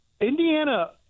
Indiana